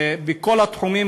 בכל התחומים,